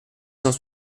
cent